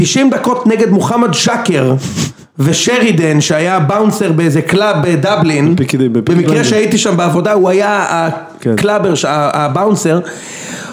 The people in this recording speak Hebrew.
90 דקות נגד מוחמד שאקר ושרידן שהיה באונסר באיזה קלאב בדבלין במקרה שהייתי שם בעבודה הוא היה הקלאבר שם..הבאונסר